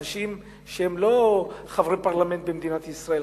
אנשים שהם לא חברי פרלמנט במדינת ישראל,